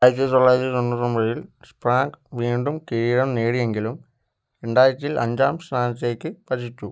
ആയിരത്തി തൊള്ളായിരത്തി തൊണ്ണൂറ്റൊമ്പതിൽ പ്രാഗ് വീണ്ടും കിരീടം നേടിയെങ്കിലും രണ്ടായിരത്തിൽ അഞ്ചാം സ്ഥാനത്തേക്ക് പതിച്ചു